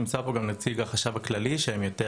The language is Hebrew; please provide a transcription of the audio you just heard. נמצא פה גם נציג החשב הכללי שהם יותר